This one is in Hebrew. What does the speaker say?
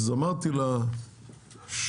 אז אמרתי לה שזה,